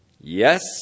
Yes